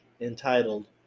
entitled